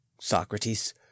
Socrates